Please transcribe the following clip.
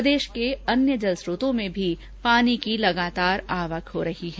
प्रदेश के अन्य जल स्रोतों में भी पानी की आवक हो रही है